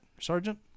Sergeant